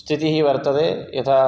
स्थितिः वर्तते यथा